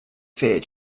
that